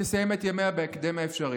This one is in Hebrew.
תסיים את ימיה בהקדם האפשרי.